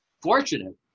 fortunate